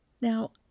Now